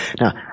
Now